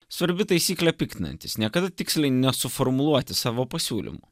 svarbi taisyklė piktinantys niekada tiksliai nesuformuluoti savo pasiūlymų